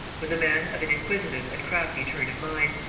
was a man of an inquisitive and crafty turn of mind,